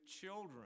children